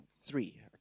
three